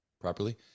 properly